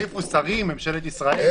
סעיף 1(3)(4א)(א)